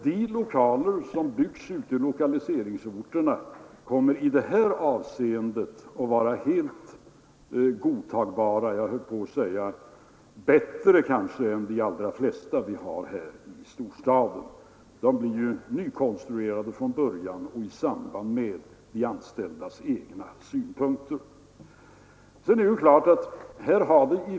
De lokaler som byggs ute i lokaliseringsorterna kommer i det avseendet att vara helt godtagbara, jag höll på att säga kanske bättre än de allra flesta lokaler här i storstaden. De är nykonstruerade i enlighet med de anställdas egna önskemål.